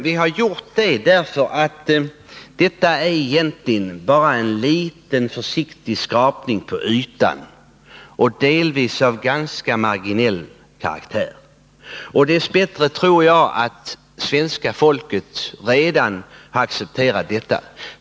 Vi har gjort det därför att detta egentligen bara är en liten försiktig skrapning på ytan, delvis av ganska marginell karaktär. Dess bättre tror jag att svenska folket redan har accepterat detta.